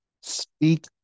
Speak